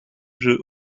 jeux